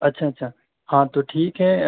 اچھا اچھا ہاں تو ٹھیک ہے